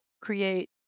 create